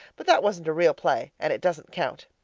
but that wasn't a real play and it doesn't count.